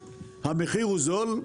בשום המיובא המחיר הוא זול,